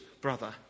brother